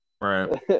Right